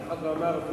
אף אחד לא אמר אפילו,